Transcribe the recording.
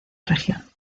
región